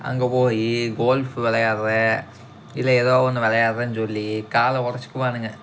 அங்கே போய் கோல்ஃப் விளையாட்றேன் இல்லை எதோ ஒன்று விளையாடுறேன்னு சொல்லி காலை ஒதச்சிக்குவானுங்க